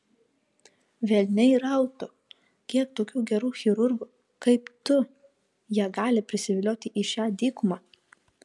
velniai rautų kiek tokių gerų chirurgų kaip tu jie gali prisivilioti į šią dykumą